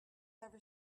ever